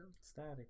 static